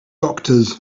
doctors